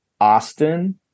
Austin